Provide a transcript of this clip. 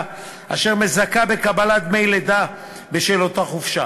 אשר מזכה בקבלת דמי לידה בשל אותה חופשה.